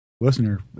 Listener